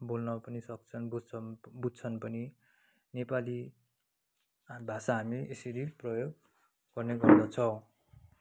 बोल्न पनि सक्छन् बुझ्छन् बुझ्छन् पनि नेपाली भाषा हामी यसरी प्रयोग गर्ने गर्दछौँ